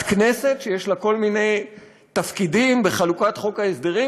ועדת כנסת שיש לה כל מיני תפקידים בחלוקת חוק ההסדרים,